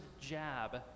jab